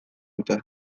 dute